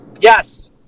Yes